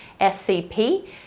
SCP